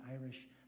Irish